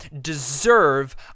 deserve